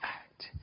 act